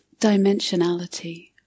dimensionality